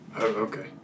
Okay